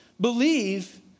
believe